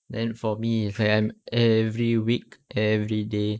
then for me if I am every week every day